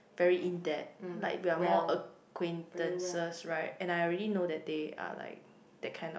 very in depth like we're more acquaintances right and I already know that day ah like that kind of